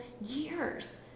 years